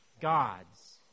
God's